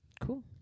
Cool